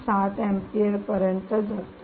7 ampere पर्यंत जातो